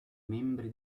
membri